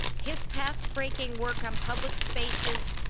his path-breaking work on public spaces,